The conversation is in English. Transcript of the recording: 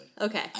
Okay